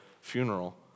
funeral